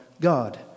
God